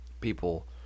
people